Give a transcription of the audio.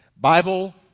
Bible